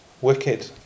Wicked